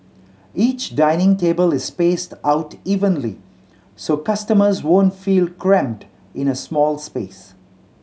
each dining table is spaced out evenly so customers won't feel cramped in a small space